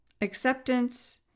acceptance